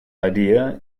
idea